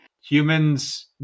humans